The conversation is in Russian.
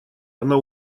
она